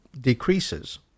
decreases